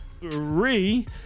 three